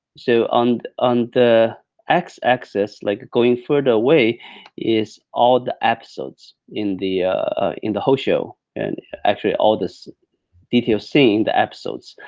so and on the x axis, like going further away is all the episodes in the in the whole show, and actually all the detailed scenes, the episodes